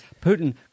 Putin